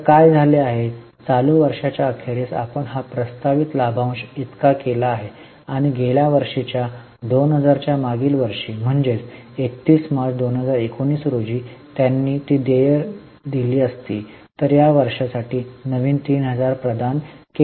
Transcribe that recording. तर काय झाले आहे चालू वर्षाच्या अखेरीस आपण हा प्रस्तावित लाभांश इतका केला आहे आणि गेल्या वर्षीच्या २००० च्या मागील वर्षी म्हणजे 31 मार्च मार्च 2019 रोजी त्यांनी ती देय दिली असती तर या वर्षासाठी नवीन 3000 प्रदान केले गेले आहेत